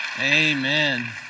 Amen